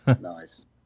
Nice